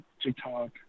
TikTok